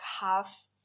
half